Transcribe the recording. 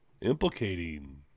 implicating